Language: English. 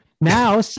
Now